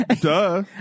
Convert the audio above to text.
Duh